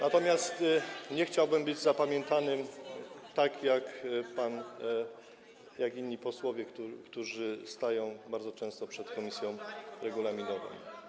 Natomiast nie chciałbym być zapamiętany tak jak inni posłowie, którzy stają bardzo często przed komisją regulaminową.